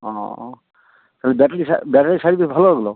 ও তাহোলে ব্যাটারি সা ব্যাটারি ভালো হলো